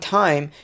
time